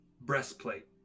breastplate